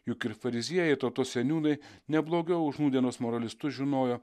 juk ir fariziejai ir tautos seniūnai ne blogiau už nūdienos moralistus žinojo